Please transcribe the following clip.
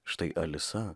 štai alisa